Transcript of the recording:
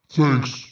Thanks